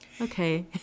Okay